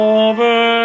over